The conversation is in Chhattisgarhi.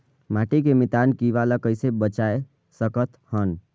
माटी के मितान कीरा ल कइसे बचाय सकत हन?